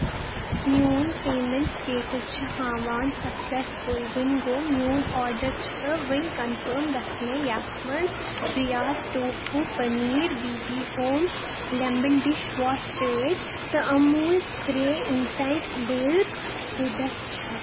میون payment status چھ ہاوان سکسیسفُل ، وۄنۍ گوٚو میٚون آرڈر چھ وُنہِ کنفٲرم گژھنے یتھ مَنٛز برٛیاس tofu paneer B B home lemon dish wash چٲٹۍ تہٕ Amul spray infant milk foods چھ